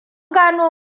gano